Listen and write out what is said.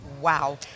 Wow